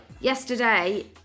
Yesterday